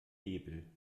hebel